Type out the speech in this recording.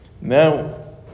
now